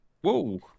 whoa